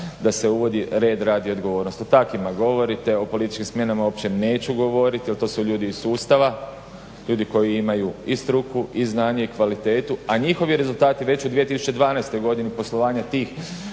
da se uvodi red, rad i odgovornost. O takvima govorite, o političkim smjenama uopće neću govoriti jer to su ljudi iz sustava, ljudi koji imaju i struku, i znanje i kvalitetu a njihovi rezultati već u 2012. godini poslovanja tih